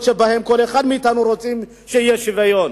שבהם כל אחד מאתנו רוצה שיהיה שוויון?